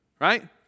right